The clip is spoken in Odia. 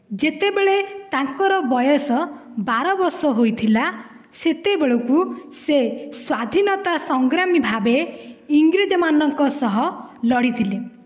ଯେତେବେଳେ ତାଙ୍କର ବୟସ ବାର ବର୍ଷ ହୋଇଥିଲା ସେତେବେଳେକୁ ସେ ସ୍ୱାଧୀନତା ସଂଗ୍ରାମୀ ଭାବେ ଇଂରେଜମାନଙ୍କ ସହ ଲଢ଼ିଥିଲେ